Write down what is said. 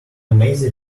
maser